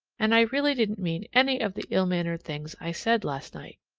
and i really didn't mean any of the ill-mannered things i said last night.